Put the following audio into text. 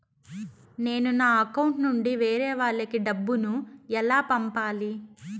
నేను నా అకౌంట్ నుండి వేరే వాళ్ళకి డబ్బును ఎలా పంపాలి?